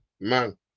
man